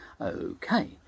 Okay